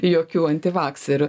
jokių antivakserių